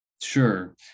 Sure